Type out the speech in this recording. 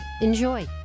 Enjoy